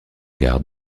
gares